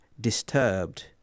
disturbed